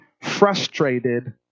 frustrated